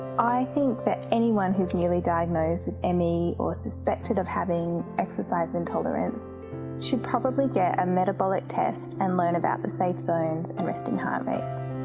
i think that anyone who's newly diagnosed with me, or suspected of having exercise intolerance should probably get a metabolic test and learn about the safe zones and resting heart rates.